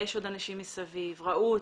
יש עוד אנשים מסביב, ראו אותם.